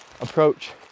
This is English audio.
approach